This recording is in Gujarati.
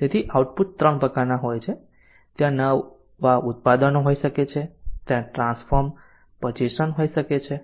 તેથી આઉટપુટ 3 પ્રકારના હોય છે ત્યાં નવા ઉત્પાદનો હોઈ શકે છે ત્યાં ટ્રાન્સફોર્મ પઝેશન હોઈ શકે છે